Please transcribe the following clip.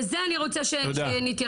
לזה אני רוצה שנתייחס פה היום.